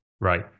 Right